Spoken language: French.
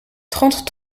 trente